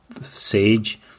sage